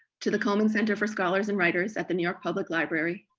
to the coleman center for scholars and writers, at the new york public library,